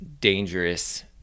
dangerous